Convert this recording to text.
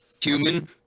human